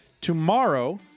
tomorrow